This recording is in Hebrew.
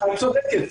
את צודקת.